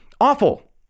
awful